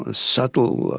ah subtle,